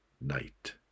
Night